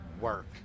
work